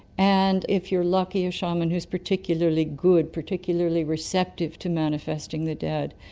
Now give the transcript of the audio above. and if you're lucky a shaman who is particularly good, particularly receptive to manifesting the dead.